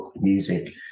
music